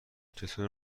چطور